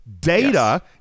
data